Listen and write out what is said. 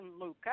Luca